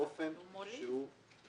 הוא מוריד.